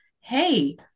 hey